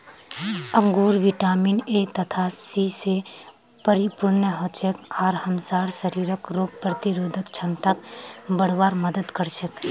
अंगूर vitamin A तथा C स परिपूर्ण हछेक आर हमसार शरीरक रोग प्रतिरोधक क्षमताक बढ़वार मदद कर छेक